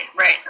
Right